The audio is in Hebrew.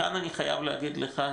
כאן אני חייב להגיד לכם,